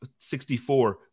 64